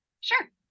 Sure